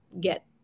get